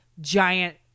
giant